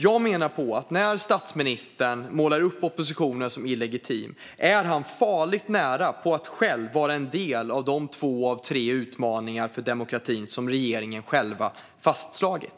Jag menar att när statsministern målar upp oppositionen som illegitim är han farligt nära att själv vara en del av de två av tre utmaningar för demokratin som regeringen själv har fastslagit.